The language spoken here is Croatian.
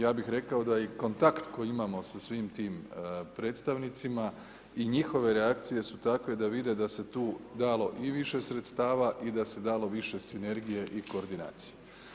Ja bih rekao da je i kontakt koji imamo sa svim tim predstavnicima i njihove reakcije su takve da vide da se tu dalo i više sredstava i da se dalo više sinergije i koordinacije.